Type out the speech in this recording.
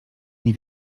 nie